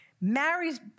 marries